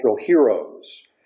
heroes